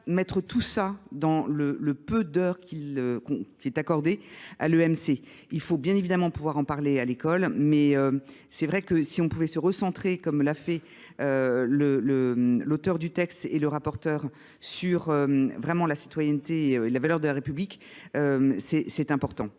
mettre tout ça dans le peu d'heure qui est accordé à l'EMC. Il faut bien évidemment pouvoir en parler à l'école, mais c'est vrai que si on pouvait se recentrer comme l'a fait l'auteur du texte et le rapporteur sur vraiment la citoyenneté et la valeur de la République, C'est important.